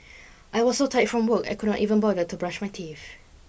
I was so tired from work I could not even bother to brush my teeth